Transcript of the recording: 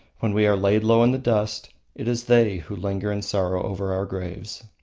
when we are laid low in the dust it is they who linger in sorrow over our graves.